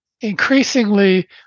increasingly